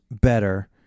better